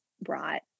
brought